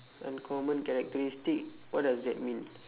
uncommon characteristic what does that mean